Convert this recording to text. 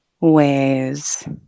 ways